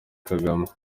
kagame